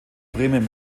bremen